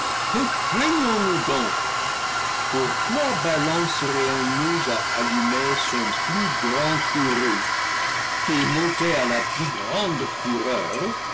que craignons-nous donc pourquoi balancelivre ii rions nous à allumer son plus grand courroux qui monté à la plus grande fureur